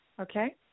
okay